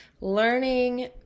learning